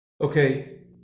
Okay